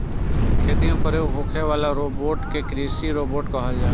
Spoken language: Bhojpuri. खेती में प्रयोग होखे वाला रोबोट के कृषि रोबोट कहल जाला